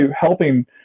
helping